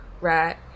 right